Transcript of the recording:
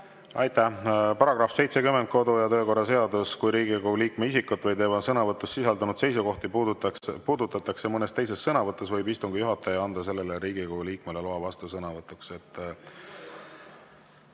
Paragrahv 70, kodu‑ ja töökorra seadus: kui Riigikogu liikme isikut või tema sõnavõtus sisaldunud seisukohti puudutatakse mõnes teises sõnavõtus, võib istungi juhataja anda sellele Riigikogu liikmele loa vastusõnavõtuks.